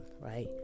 right